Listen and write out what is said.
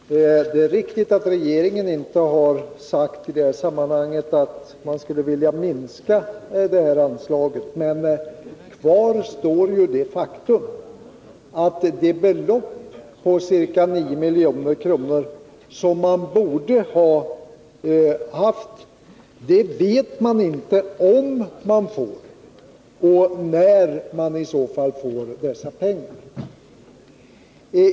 Herr talman! Det är riktigt att regeringen inte i det här sammanhanget har sagt att man skulle vilja minska detta anslag. Men kvar står ju det faktum att man inte vet om man får det belopp, ca 9 milj.kr., som man borde ha haft, och när man i så fall får dessa pengar.